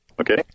Okay